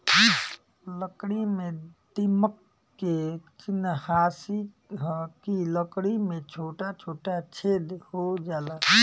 लकड़ी में दीमक के चिन्हासी ह कि लकड़ी में छोटा छोटा छेद हो जाला